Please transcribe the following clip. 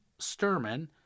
Sturman